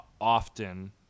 often